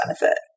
benefit